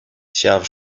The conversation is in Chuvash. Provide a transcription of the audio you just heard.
ҫав